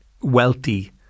wealthy